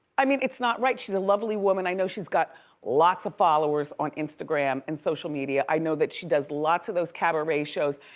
i mean, it's not right. she's a lovely woman. i know she's got lots of followers on instagram and social media. i know that she does lots of those cabaret shows.